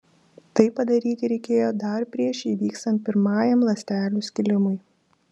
tai padaryti reikėjo dar prieš įvykstant pirmajam ląstelių skilimui